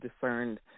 discerned